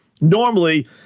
Normally